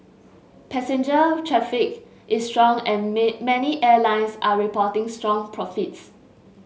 passenger traffic is strong and may many airlines are reporting strong profits